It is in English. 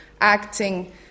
acting